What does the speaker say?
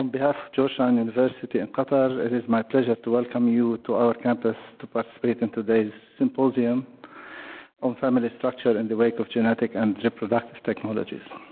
um behalf of georgetown university in qatar, it is my pleasure to welcome you to our campus to participate in today's symposium on family structure in the wake of genetic and reproductive technologies.